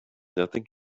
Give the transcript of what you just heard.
nothing